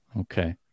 Okay